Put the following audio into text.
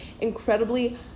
incredibly